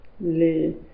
les